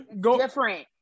different